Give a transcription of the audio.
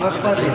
לא אכפת לי.